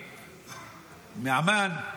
מעמאן,